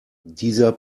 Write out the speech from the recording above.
dieser